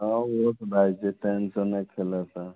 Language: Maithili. हँ ओहो तऽ भए जाइ छै टेन्शनेके लऽ कऽ